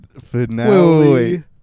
finale